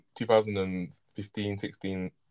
2015-16